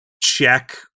check